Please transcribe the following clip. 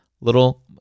Little